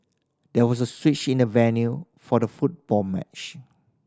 there was a switch in the venue for the football match